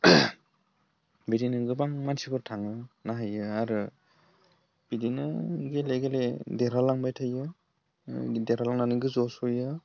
बिदिनो गोबां मानसिफोर थाङो नायहैयो आरो बिदिनो गेले गेले देरहालांबाय थायो देरहालांनानै गोजौआव सहैयो